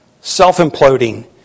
self-imploding